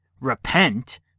repent